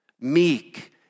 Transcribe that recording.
meek